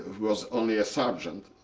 was only a sergeant,